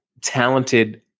talented